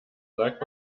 sagt